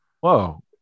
whoa